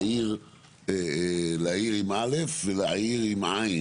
להאיר ולהעיר,